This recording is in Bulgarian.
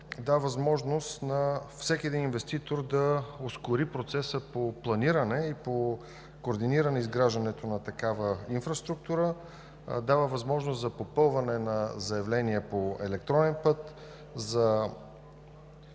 дава възможност на всеки един инвеститор да ускори процеса по планиране и по координиране изграждането на такава инфраструктура. Дава възможност за попълване на заявления по електронен път, за